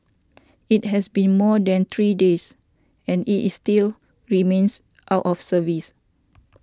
it has been more than three days and it is still remains out of service